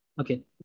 Okay